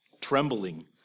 trembling